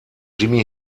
jimi